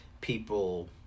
people